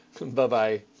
Bye-bye